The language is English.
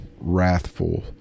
wrathful